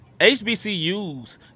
HBCUs